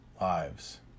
lives